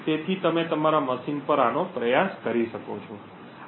તેથી તમે તમારા મશીન પર આનો પ્રયાસ કરી શકો છો